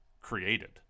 created